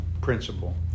principle